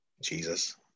Jesus